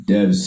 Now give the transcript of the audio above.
Dev